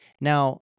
Now